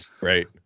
Right